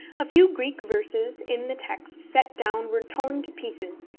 a few greek verses in the text set down were torn to pieces,